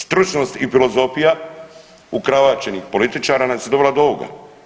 Stručnost i filozofija ukravaćenih političara nas je dovela do ovoga.